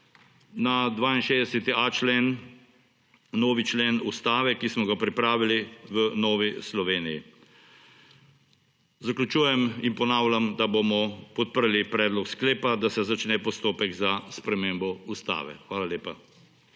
na 62.a člen, novi člen ustave, ki smo ga pripravili v Novi Sloveniji. Zaključujem in ponavljam, da bomo podprli predlog sklepa, da se začne postopek za spremembo ustave. Hvala lepa.